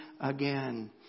again